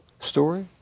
story